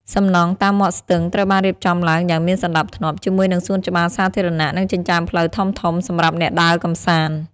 សំណង់តាមមាត់ស្ទឹងត្រូវបានរៀបចំឡើងយ៉ាងមានសណ្តាប់ធ្នាប់ ជាមួយនឹងសួនច្បារសាធារណៈ និងចិញ្ចើមផ្លូវធំៗសម្រាប់អ្នកដើរកម្សាន្ត។